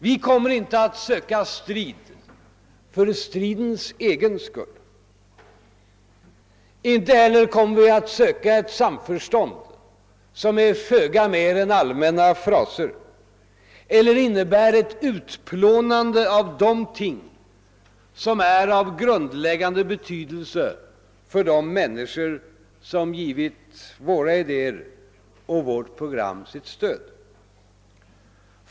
Vi kommer inte att söka strid för stridens egen skull, inte heller kommer vi att söka ett samförstånd som är föga mer ' än allmänna fraser eller innebär ett utplånande av de ting som är av 'gruhdläggande betydelse för de människor somm givit våra idéer och vårt program sitt stöd.